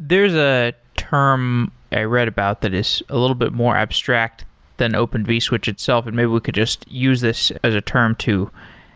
there's a term i read about that is a little bit more abstract than open vswitch itself, and maybe we could just use this as a term to